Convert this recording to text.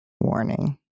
Warning